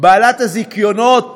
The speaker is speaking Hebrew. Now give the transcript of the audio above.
בעלת הזיכיונות ב"כריש"